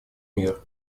мир